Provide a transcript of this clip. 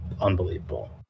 unbelievable